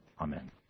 Amen